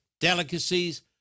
delicacies